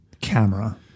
camera